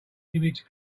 image